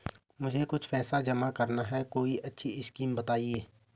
मुझे कुछ पैसा जमा करना है कोई अच्छी स्कीम बताइये?